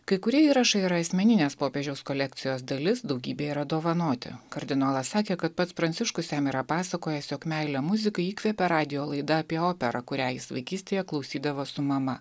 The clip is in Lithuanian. kai kurie įrašai yra asmeninės popiežiaus kolekcijos dalis daugybė yra dovanoti kardinolas sakė kad pats pranciškus jam yra pasakojęs jog meilę muzikai įkvėpė radijo laida apie operą kurią jis vaikystėje klausydavo su mama